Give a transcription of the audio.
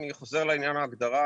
אני חוזר לעניין ההגדרה,